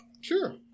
Sure